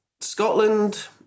Scotland